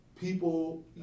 people